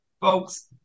folks